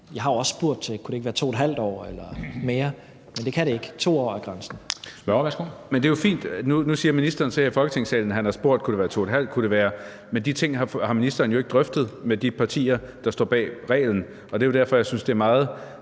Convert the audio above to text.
Jeg har jo også spurgt til, om det ikke kunne være 2½ år eller mere, men det kan det ikke. 2 år er grænsen.